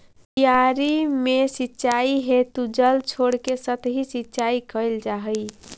क्यारी में सिंचाई हेतु जल छोड़के सतही सिंचाई कैल जा हइ